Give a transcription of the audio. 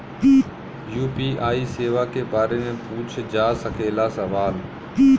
UPI सेवा के बारे में पूछ जा सकेला सवाल?